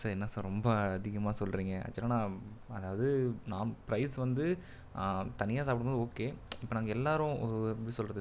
sir என்ன sir ரொம்ப அதிகமாக சொல்கிறிங்க ஆக்ச்வலாக நான் அதாவது நான் ப்ரைஸ் வந்து தனியாக சாப்பிடும் போது ஓகே இப்போ நாங்கள் எல்லோரும் எப்படி சொல்கிறது